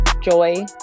joy